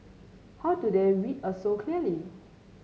how do they read us so clearly